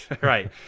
Right